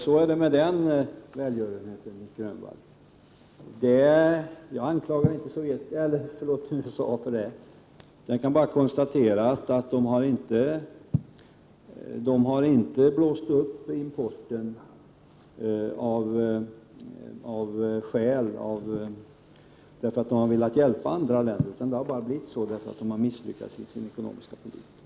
Så är det med den välgörenheten, Nic Grönvall. Jag anklagar inte USA för det. Jag kan bara konstatera att man inte har blåst upp importen för att man har velat hjälpa andra länder. Det har bara blivit så, för att man har misslyckats i sin ekonomiska politik.